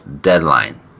deadline